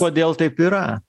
kodėl taip yra